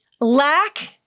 lack